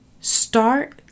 start